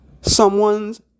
someone's